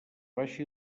baixa